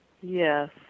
Yes